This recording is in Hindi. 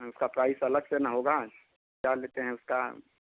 इसका प्राइस अलग से ना होगा क्या लेते हैं उसका